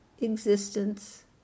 existence